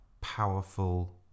powerful